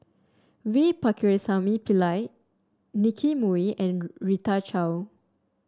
V Pakirisamy Pillai Nicky Moey and Rita Chao